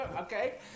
Okay